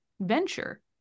venture